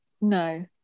no